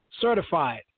Certified